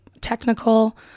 technical